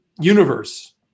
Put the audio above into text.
universe